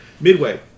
Midway